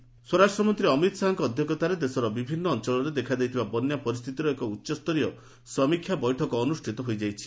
centre flood ସ୍ୱରାଷ୍ଟ୍ରମନ୍ତ୍ରୀ ଅମିତ୍ ଶାହାଙ୍କ ଅଧ୍ୟକ୍ଷତାରେ ଦେଶର ବିଭିନ୍ନ ଅଞ୍ଚଳରେ ଦେଖାଦେଇଥିବା ବନ୍ୟା ପରିସ୍ଥିତିର ଏକ ଉଚ୍ଚସ୍ତରୀୟ ସମୀକ୍ଷା ବୈଠକ ଅନୁଷ୍ଠିତ ହୋଇଯାଇଛି